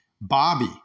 Bobby